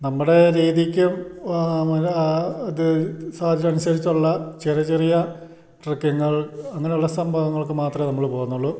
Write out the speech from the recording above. നമ്മുടെ രീതിക്കും ആ ഇത് സാഹചര്യമനുസരിച്ചുള്ള ചെറിയ ചെറിയ ട്രക്കിംഗുകൾ അങ്ങനെയുള്ള സംഭവങ്ങൾക്ക് മാത്രമേ നമ്മൾ പോകുന്നുള്ളു